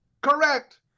Correct